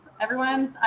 Everyone's